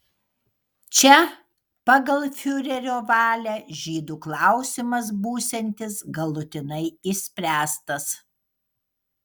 čia pagal fiurerio valią žydų klausimas būsiantis galutinai išspręstas